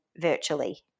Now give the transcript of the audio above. virtually